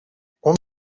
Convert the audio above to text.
alfabet